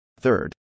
Third